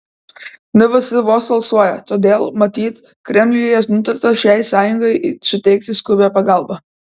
nvs vos alsuoja todėl matyt kremliuje nutarta šiai sąjungai suteikti skubią pagalbą